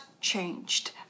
changed